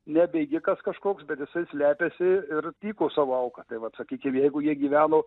ne bėgikas kažkoks bet jisai slepiasi ir tyko savo auką tai vat sakykim jeigu jie gyveno